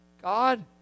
God